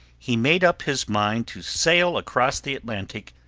he made up his mind to sail across the atlantic,